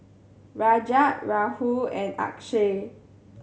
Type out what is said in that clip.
Rajat Rahul and Akshay